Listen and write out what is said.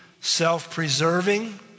self-preserving